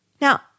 Now